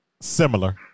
Similar